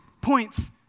points